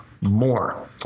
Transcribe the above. more